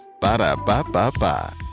Ba-da-ba-ba-ba